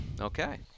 Okay